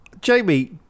Jamie